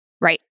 Right